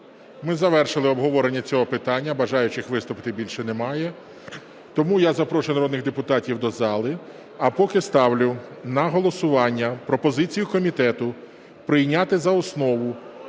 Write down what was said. ми завершили обговорення цього питання. Бажаючих виступити більше немає. Тому я запрошую народних депутатів до зали. А поки ставлю на голосування пропозицію комітету прийняти за основу